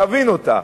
להבין אותה,